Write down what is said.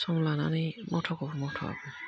सम लानानै मथखौ मथ'